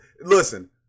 Listen